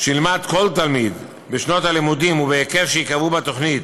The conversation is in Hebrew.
שילמד כל תלמיד בשנות הלימודים ובהיקף שייקבעו בתוכנית,